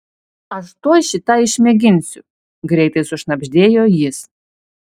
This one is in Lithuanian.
aš tuoj šį tą išmėginsiu greitai sušnabždėjo jis